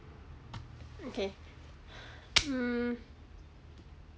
okay mm